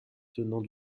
tenant